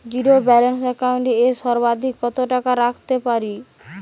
Zero balance account এ সর্বাধিক কত টাকা রাখতে পারি?